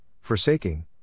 forsaking